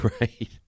Right